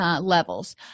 Levels